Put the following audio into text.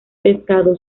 pescado